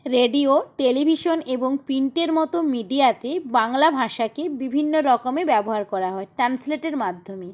radio television এবং প্রিন্টের মতো মিডিয়াতে বাংলা ভাষাকে বিভিন্ন রকমে ব্যবহার করা হয় ট্রান্সলেটের মাধ্যমে